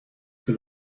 for